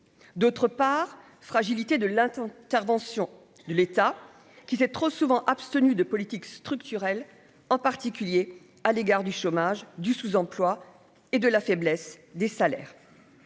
d'autre part, fragilité de l'intervention de l'État qui s'est trop souvent abstenu de politiques structurelles, en particulier à l'égard du chômage, du sous-emploi et de la faiblesse des salaires.